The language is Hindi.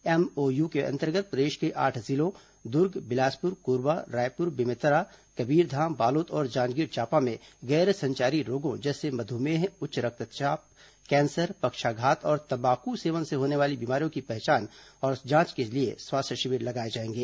एमओयू के अंतर्गत प्रदेश के आठ जिलों दुर्ग बिलासपुर कोरबा रायपुर बेमेतरा कबीरधाम बालोद और जांजगीर चांपा में गैर संचारी रोगों जैसे मधुमेह उच्च रक्तचाप कैंसर पक्षाघात और तंबाकू सेवन से होने वाली बीमारियों की पहचान और जांच के लिए स्वास्थ्य शिविर लगाए जाएंगे